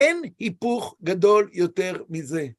אין היפוך גדול יותר מזה.